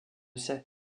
sait